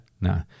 No